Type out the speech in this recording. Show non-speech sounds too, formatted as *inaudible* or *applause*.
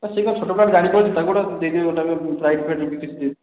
sir ସେ କ'ଣ ଛୋଟ ପିଲାଟେ ଜାଣିପାରୁଛି ତାକୁ ଗୋଟେ ଦେଇଦେବି *unintelligible* ଫ୍ଲାଇଟ୍ *unintelligible*